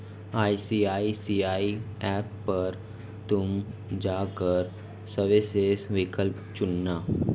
ICICI app पर जा कर तुम सर्विसेस विकल्प चुनना